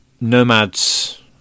Nomads